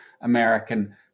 American